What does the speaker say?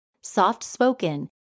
soft-spoken